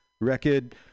record